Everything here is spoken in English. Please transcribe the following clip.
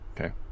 Okay